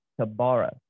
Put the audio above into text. Tabara